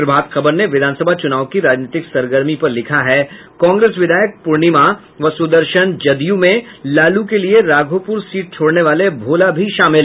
प्रभात खबर ने विधान सभा चुनाव की राजनीतिक सरगर्मी पर लिखा है कांग्रेस विधायक प्रर्णिमा व सुदर्शन जदयू में लालू के लिये राघोपूर सीट छोड़ने वाले भोला भी शामिल